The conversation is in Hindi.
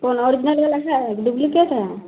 कौन ओरिजनल वाला है कि डुप्लिकेट है